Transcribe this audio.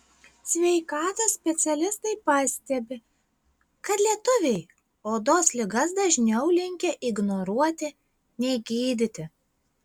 sveikatos specialistai pastebi kad lietuviai odos ligas dažniau linkę ignoruoti nei gydyti